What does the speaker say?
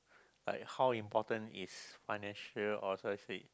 like how important is financial